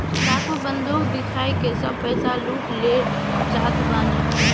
डाकू बंदूक दिखाई के सब पईसा लूट ले जात बाने